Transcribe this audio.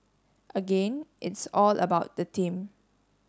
again it's all about the team